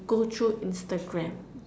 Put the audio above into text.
go through Instagram